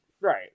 Right